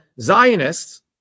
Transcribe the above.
Zionists